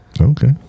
okay